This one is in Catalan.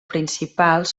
principals